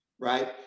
right